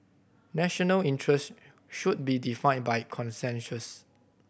national interest should be defined by consensus